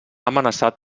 amenaçat